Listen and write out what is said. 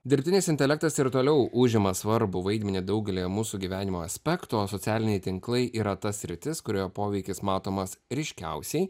dirbtinis intelektas ir toliau užima svarbų vaidmenį daugelyje mūsų gyvenimo aspektų o socialiniai tinklai yra ta sritis kurioje poveikis matomas ryškiausiai